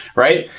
right?